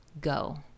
go